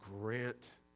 grant